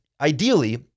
ideally